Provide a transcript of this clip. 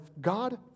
God